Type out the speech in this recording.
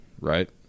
right